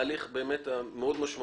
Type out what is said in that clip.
הליך מאוד משמעותי,